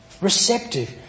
Receptive